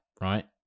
right